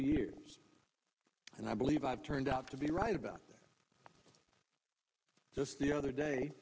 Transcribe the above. years and i believe i've turned out to be right about that just the other day